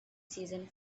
season